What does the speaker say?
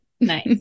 Nice